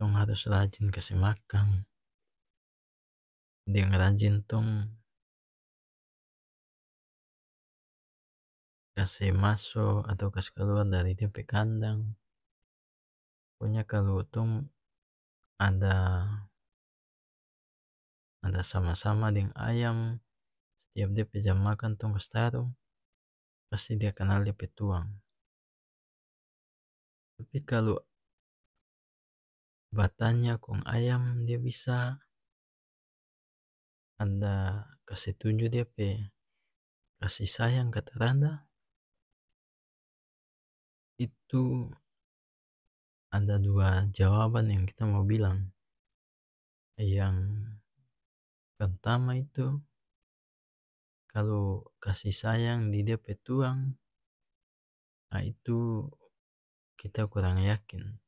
Tong harus rajin kase makang deng rajin tong kase maso atau kase kaluar dari dia pe kandang konya kalu tong ada-ada sama sama deng ayam stiap dia pe jam makang tong kas taru pasti dia kanal dia pe tuang tapi kalu batanya kong ayam dia bisa ada kase tunju dia pe kasih sayang ka tarada itu ada dua jawaban yang kita mo bilang yang pertama itu kalu kasih sayang di dia pe tuang a itu kita kurang yakin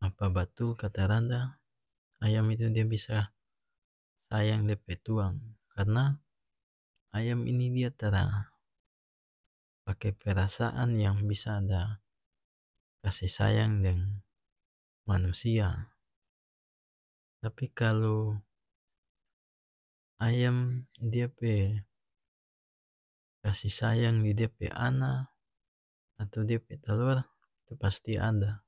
apa batul ka tarada ayam itu dia bisa sayang dia pe tuang karna ayam ini dia tara pake perasaan yang bisa ada kasih sayang deng manusia tapi kalu ayam dia pe kasih sayang di dia pe ana atau dia pe tolor itu pasti ada